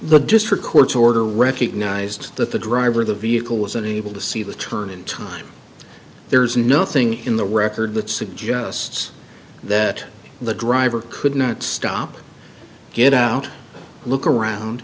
the district court's order recognized that the driver of the vehicle was unable to see the turn in time there is nothing in the record that suggests that the driver could not stop get out look around